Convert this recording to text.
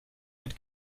mit